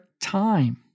time